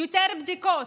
יותר בדיקות,